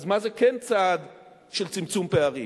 אז מה זה כן צעד של צמצום פערים?